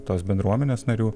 tos bendruomenės narių